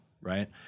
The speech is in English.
right